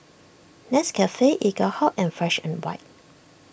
Nescafe Eaglehawk and Fresh and White